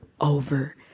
over